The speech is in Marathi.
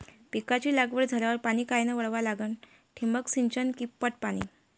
पिकाची लागवड झाल्यावर पाणी कायनं वळवा लागीन? ठिबक सिंचन की पट पाणी?